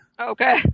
Okay